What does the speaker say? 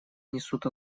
несут